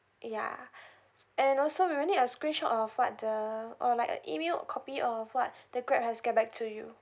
ya and also we'll need a screenshot of what the or like a email a copy of what the Grab has get back to you